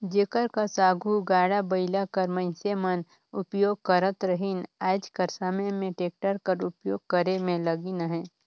जेकर कस आघु गाड़ा बइला कर मइनसे मन उपियोग करत रहिन आएज कर समे में टेक्टर कर उपियोग करे में लगिन अहें